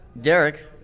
Derek